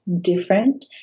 different